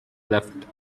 left